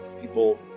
People